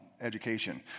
education